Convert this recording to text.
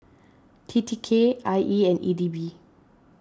T T K I E and E D B